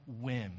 whim